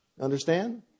Understand